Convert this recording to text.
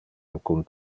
alcun